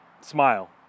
smile